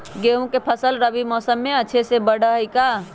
गेंहू के फ़सल रबी मौसम में अच्छे से बढ़ हई का?